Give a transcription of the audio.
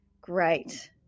great